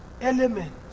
element